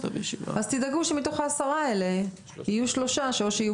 אז תדאגו שמתוך העשרה האלה יהיו שלושה שאו שיהיו